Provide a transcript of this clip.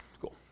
Cool